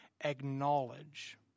acknowledge